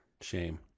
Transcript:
shame